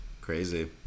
Crazy